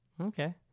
Okay